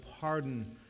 pardon